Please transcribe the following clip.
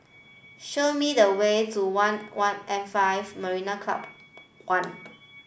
show me the way to One one and five Marina Club One